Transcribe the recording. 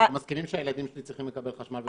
אנחנו מסכימים שהילדים שלי צריכים לקבל חשמל?